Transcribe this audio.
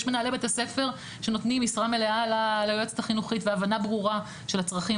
יש מנהלי בתי ספר שנותנים משרה מלאה ליועצת החינוכית והבנה ברורה של הצרכים